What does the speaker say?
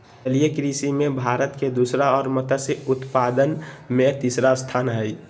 जलीय कृषि में भारत के दूसरा और मत्स्य उत्पादन में तीसरा स्थान हइ